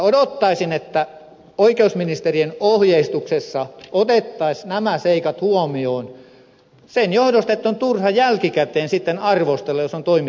odottaisin että oikeusministeriön ohjeistuksessa otettaisiin nämä seikat huomioon sen johdosta että on turha jälkikäteen sitten arvostella jos on toimittu väärin